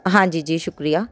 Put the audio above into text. ਹਾਂਜੀ ਜੀ ਸ਼ੁਕਰੀਆ